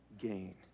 gain